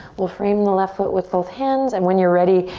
we'll frame the left foot with both hands and when you're ready,